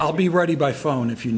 i'll be ready by phone if you